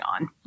on